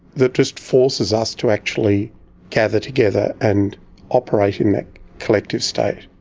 that just forces us to actually gather together and operate in that collective state?